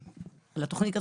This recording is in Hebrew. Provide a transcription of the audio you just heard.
פסיכיאטרים,